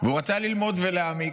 הוא רצה ללמוד ולהעמיק.